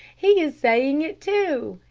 he is saying it too,